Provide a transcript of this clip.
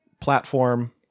platform